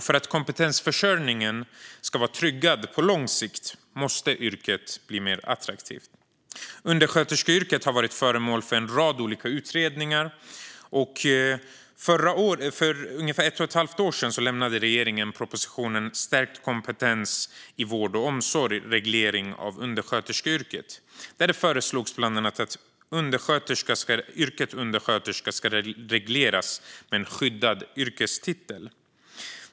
För att kompetensförsörjningen ska vara tryggad på lång sikt måste yrket bli mer attraktivt. Undersköterskeyrket har varit föremål för en rad olika utredningar, och för ungefär ett och ett halvt år sedan lämnade regeringen propositionen Stärkt kompetens i vård och omsorg - reglering av under sköterskeyrket . Där föreslogs bland annat att yrket undersköterska ska regleras med en skyddad yrkestitel.